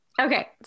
Okay